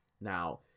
Now